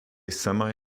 semi